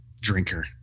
drinker